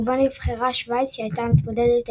ובו נבחרה שווייץ שהייתה המתמודדת היחידה.